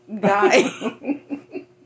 guy